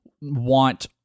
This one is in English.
want